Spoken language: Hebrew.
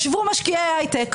ישבו משקיעי הייטק,